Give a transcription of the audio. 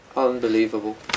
Unbelievable